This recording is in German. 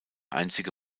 einzige